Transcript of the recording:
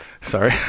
Sorry